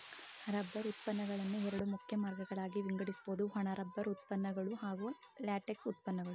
rubber ಉತ್ಪನ್ನಗಳನ್ನು ಎರಡು ಮುಖ್ಯ ವರ್ಗಗಳಾಗಿ ವಿಂಗಡಿಸ್ಬೋದು ಒಣ ರಬ್ಬರ್ ಉತ್ಪನ್ನಗಳು ಹಾಗೂ ಲ್ಯಾಟೆಕ್ಸ್ ಉತ್ಪನ್ನಗಳು